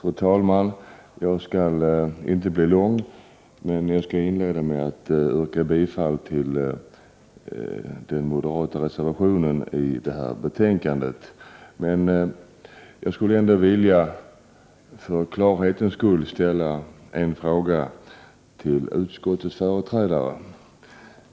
Fru talman! Jag skall inte ta lång tid i anspråk. Men jag skall inleda med att yrka bifall till den moderata reservationen som är fogad till betänkandet. Jag skulle för klarhetens skull vilja ställa en fråga till utskottets företrädare.